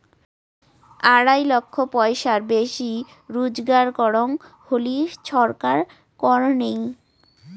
আড়াই লক্ষ পয়সার বেশি রুজগার করং হলি ছরকার কর নেই